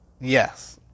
Yes